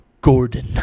Gordon